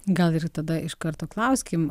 gal ir tada iš karto klauskim